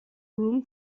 room